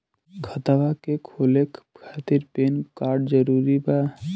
खतवा के खोले खातिर पेन कार्ड जरूरी बा?